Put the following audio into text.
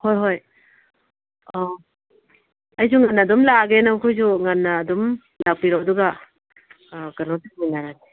ꯍꯣꯏ ꯍꯣꯏ ꯑꯥ ꯑꯩꯁꯨ ꯉꯟꯅ ꯑꯗꯨꯝ ꯂꯥꯛꯂꯒꯦ ꯅꯈꯣꯏꯁꯨ ꯉꯟꯅ ꯑꯗꯨꯝ ꯂꯥꯛꯄꯤꯔꯣ ꯑꯗꯨꯒ ꯀꯩꯅꯣ ꯇꯧꯃꯤꯟꯅꯔꯁꯤ